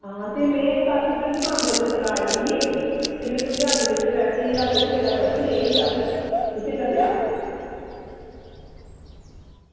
हां ते में कल इद्धर सांबा जिसलै आई दी ही ते में तुं'दे आटो बिच्च बैठी आटो बिच्च मेरा पर्स रेही गेदा तुसेंगी लब्भेआ